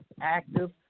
active